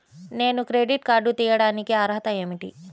నేను credit card తీయడానికి అర్హత ఏమిటి?